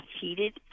heated